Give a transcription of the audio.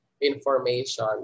information